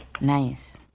Nice